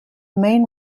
main